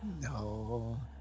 No